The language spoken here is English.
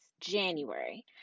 January